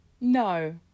no